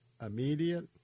immediate